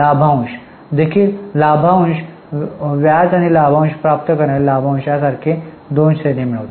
लाभांश देखील लाभांश व्याज आणि लाभांश प्राप्त आणि लाभांश यासारखे दोन्ही श्रेणी मिळवतात